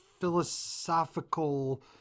philosophical